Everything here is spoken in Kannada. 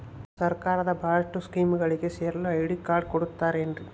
ಸರ್ಕಾರದ ಬಹಳಷ್ಟು ಸ್ಕೇಮುಗಳಿಗೆ ಸೇರಲು ಐ.ಡಿ ಕಾರ್ಡ್ ಕೊಡುತ್ತಾರೇನ್ರಿ?